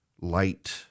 light